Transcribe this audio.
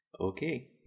Okay